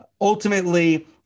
Ultimately